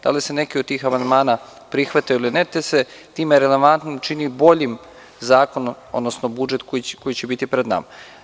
Da li se neki od tih amandmana prihvatio ili ne, te se tim relevantnim čini boljim zakon, odnosno budžet koji će biti pred nama.